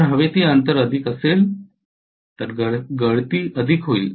जर हवेतील अंतर अधिक असेल तर गळती अधिक होईल